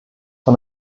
von